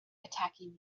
attacking